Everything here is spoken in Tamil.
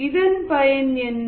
இதன் பயன் என்ன